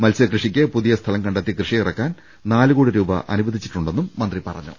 മത്സ്യകൃഷിക്ക് പുതിയ സ്ഥലം കണ്ടെത്തി കൃഷിയിറക്കാൻ നാലുകോടി രൂപ ജില്ലയ്ക്ക് അനുവദിച്ചിട്ടുണ്ടെന്ന് മന്ത്രി പറഞ്ഞു